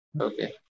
Okay